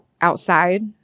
outside